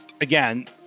again